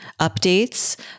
updates